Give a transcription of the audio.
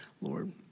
Lord